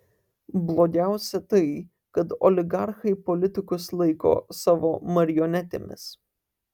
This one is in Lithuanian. blogiausia tai kad oligarchai politikus laiko savo marionetėmis